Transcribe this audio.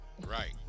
Right